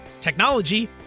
technology